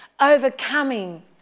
overcoming